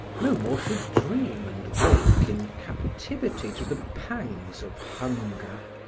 no more should dream and wake in captivity to the pangs of hunger.